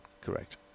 Correct